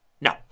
No